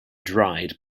dried